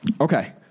Okay